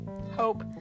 hope